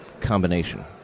combination